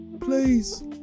Please